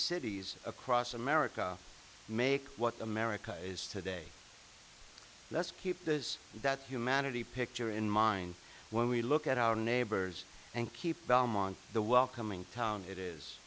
cities across america make what america is today let's keep this that humanity picture in mind when we look at our neighbors and keep belmont the welcoming town it is